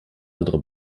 andere